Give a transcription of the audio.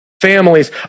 families